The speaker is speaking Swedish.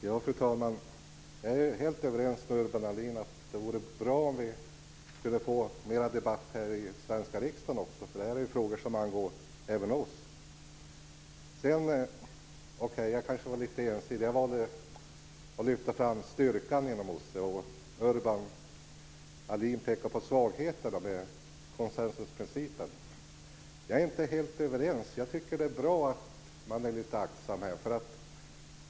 Fru talman! Jag är helt överens med Urban Ahlin om att det vore bra om vi kunde få mera debatt här i den svenska riksdagen också. Det här är ju frågor som angår även oss. Jag kanske var lite ensidig. Jag valde att lyfta fram styrkan inom OSSE, och Urban Ahlin pekade på svagheten med konsensusprincipen. Jag är inte helt överens med honom. Jag tycker att det är bra att man är lite aktsam här.